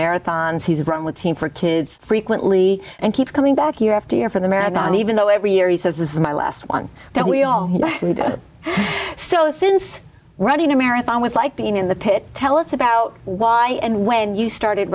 marathons he's run with team for kids frequently and keep coming back year after year for the marathon even though every year he says this is my last one now we are so since running the marathon was like being in the pit tell us about why and when you started